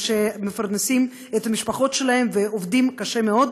שמפרנסים את המשפחות שלהם ועובדים קשה מאוד,